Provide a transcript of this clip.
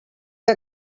que